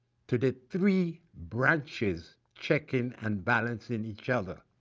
to the three branches checking and balancing each other,